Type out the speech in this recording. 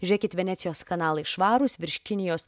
žiūrėkit venecijos kanalai švarūs virš kinijos